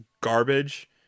garbage